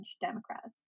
Democrats